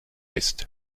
ist